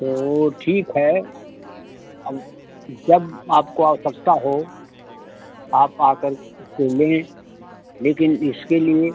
तो वह ठीक है अब जब आपको आवश्यकता हो आप आकर के लें लेकिन इसके लिए